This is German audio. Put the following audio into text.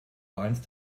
einst